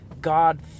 God